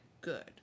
good